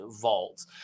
vault